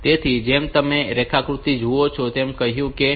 તેથી જેમ તમે આ રેખાકૃતિમાં જુઓ છો કે મેં કહ્યું છે કે આ D 0 છે આ D 1 છે